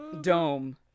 dome